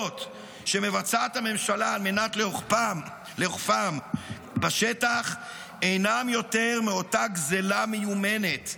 שמבצעת הממשלה על מנת לאוכפם בשטח אינם יותר מאותה גזלה מיומנת,